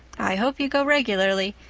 i hope you go regularly.